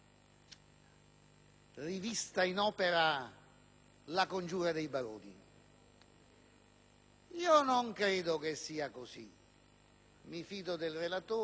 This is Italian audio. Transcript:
rivista in opera la congiura dei baroni; non credo sia così: mi fido del relatore